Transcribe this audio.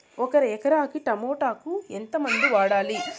ఒక ఎకరాకి టమోటా కు ఎంత మందులు వాడాలి?